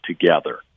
together